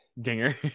Dinger